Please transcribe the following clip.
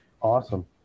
awesome